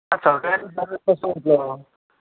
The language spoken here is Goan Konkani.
सकाळी जाल्यार कसो दितलो